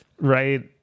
Right